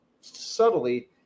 subtly